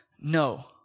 no